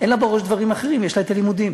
אין לה בראש דברים אחרים, יש לה לימודים.